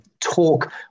talk